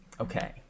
Okay